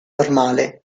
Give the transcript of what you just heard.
normale